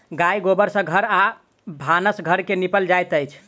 गाय गोबर सँ घर आ भानस घर के निपल जाइत अछि